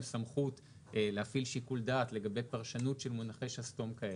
סמכות להפעיל שיקול דעת לגבי פרשנות של מונחי שסתום כאלה,